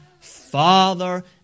Father